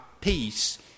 peace